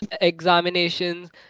examinations